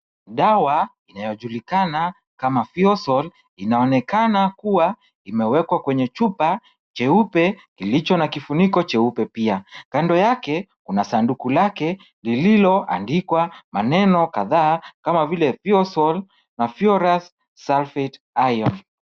Dawa inayojulikana kama Fusol inaonekana kuwa imewekwa kwenye chupa juepe kilicho na kifuniko jeupe pia. Kando yake, kuna sanduku lake lililoandikwa maneno kadhaa kama vile Fusol na Ferrous Sulphate Ion.